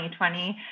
2020